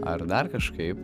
ar dar kažkaip